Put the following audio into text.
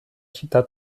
città